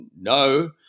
no –